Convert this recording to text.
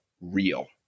real